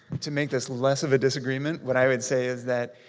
to make this less of a disagreement, what i would say is that,